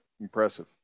Impressive